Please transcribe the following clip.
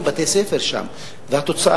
לא קרה כלום, אתה הגעת בזמן, כרגיל.